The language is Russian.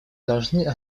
должны